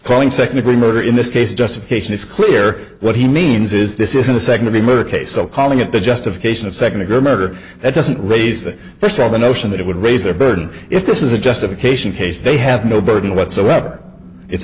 calling second degree murder in this case justification is clear what he means is this isn't the second to be murder case so calling it the justification of second degree murder that doesn't raise the first all the notion that it would raise their burden if this is a justification case they have no burden whatsoever it's